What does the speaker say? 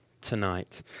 tonight